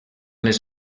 les